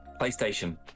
PlayStation